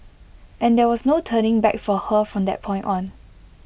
and there was no turning back for her from that point on